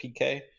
PK